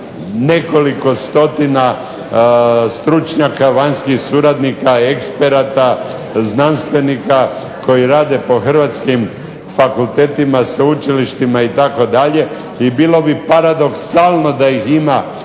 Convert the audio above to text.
nekoliko stotina stručnjaka, vanjskih suradnika, eksperata, znanstvenika koji rade po hrvatskim fakultetima, sveučilištima itd., i bilo bi paradoksalno da ih ima